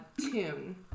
tune